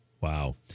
Wow